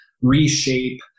reshape